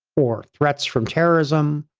or threats from terrorism,